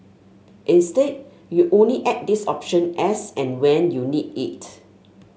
instead you only add this option as and when you need it